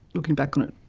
looking back on it,